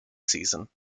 season